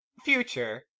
future